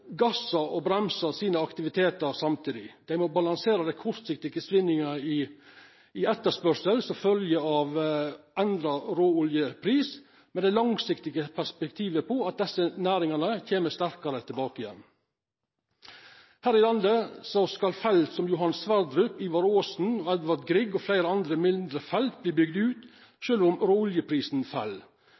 gassa og bremsa på sine aktivitetar samtidig. Dei må balansere dei kortsiktige svingingane i etterspørsel som følgjer av endra råoljepris, men ha det langsiktige perspektivet at desse næringane kjem sterkare tilbake igjen. Her i landet skal felt som Johan Sverdrup, Ivar Aasen, Edvard Grieg og fleire andre mindre felt verta bygde ut sjølv om råoljeprisen fell.